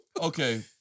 okay